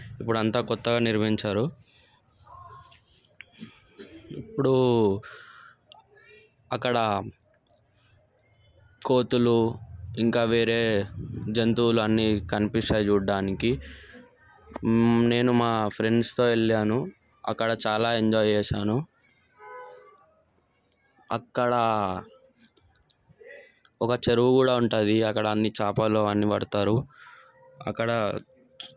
ఇప్పుడు అంతా కొత్తగా నిర్మించారు ఇప్పుడు అక్కడ కోతులు ఇంకా వేరే జంతువులు అన్నీ కనిపిస్తాయి చూడడానికి నేను మా ఫ్రెండ్స్తో వెళ్ళాను అక్కడ చాలా ఎంజాయ్ చేశాను అక్కడ ఒక చెరువు కూడా ఉంటుంది అక్కడ అన్ని చేపలు అన్ని పడతారు అక్కడ